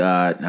God